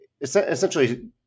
essentially